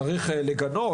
צריך לגנות.